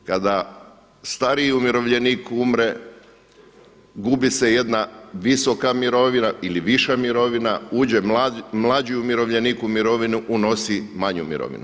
Kada stariji umirovljenik umre, gubi se jedna visoka mirovina ili viša mirovina, uđe mlađi umirovljenik u mirovinu, unosi manju mirovinu.